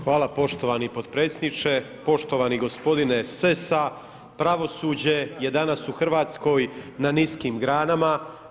Hvala poštovani potpredsjedniče, poštovani g. Sessa, pravosuđe je danas u Hrvatskoj na niskim granama.